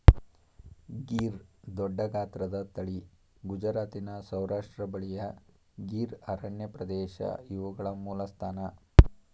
ಗೀರ್ ದೊಡ್ಡಗಾತ್ರದ ತಳಿ ಗುಜರಾತಿನ ಸೌರಾಷ್ಟ್ರ ಬಳಿಯ ಗೀರ್ ಅರಣ್ಯಪ್ರದೇಶ ಇವುಗಳ ಮೂಲಸ್ಥಾನ